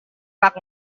pak